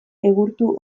egurtu